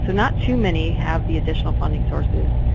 so not too many have the additional funding sources,